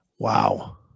Wow